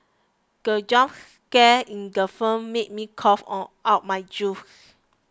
the jump scare in the film made me cough on out my juice